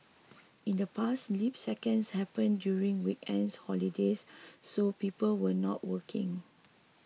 in the past leap seconds happened during weekends holidays so people were not working